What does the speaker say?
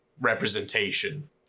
representation